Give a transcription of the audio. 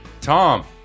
Tom